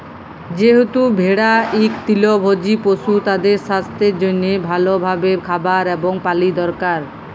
যেহেতু ভেড়া ইক তৃলভজী পশু, তাদের সাস্থের জনহে ভাল ভাবে খাবার এবং পালি দরকার